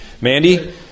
Mandy